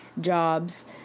jobs